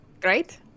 Great